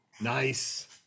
Nice